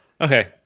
Okay